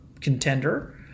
contender